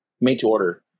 made-to-order